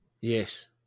Yes